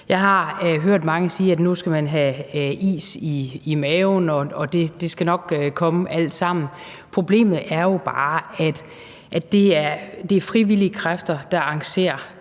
Jeg har hørt mange sige, at man skal have is i maven, og at det nok skal komme, alt sammen. Problemet er jo bare, at det er frivillige kræfter, der arrangerer